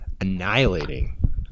annihilating